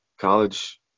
college